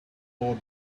are